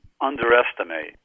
underestimate